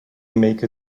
make